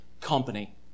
company